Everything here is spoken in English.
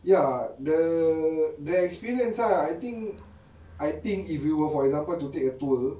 ya the the experience I think I think if you will for example to take a tour